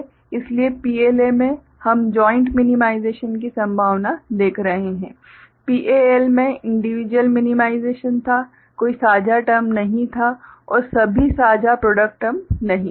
इसलिए PLA में हम जाइंट मिनीमाइजेशन की संभावना देख रहे हैं PAL में इंडिविजुयल मिनीमाइजेशन था कोई साझा टर्म नहीं था और सभी साझा प्रॉडक्ट टर्म नहीं था